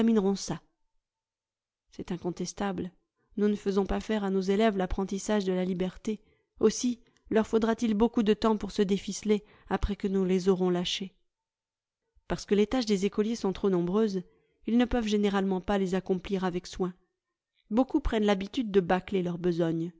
c'est incontestable nous ne faisons pas faire à nos élèves l'apprentissage de la liberté aussi leur faudra-t-il beaucoup de temps pour se déficeler après que nous les aurons lâchés parce que les tâches des écoliers sont trop nombreuses ils ne peuvent généralement pas les accomplir avec soin beaucoup prennent l'habitude de bâcler leur besogne